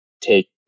take